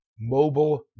mobile